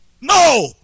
No